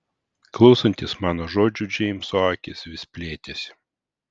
klausantis mano žodžių džeimso akys vis plėtėsi